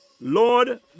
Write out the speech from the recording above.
Lord